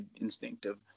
instinctive